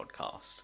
podcast